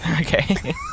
okay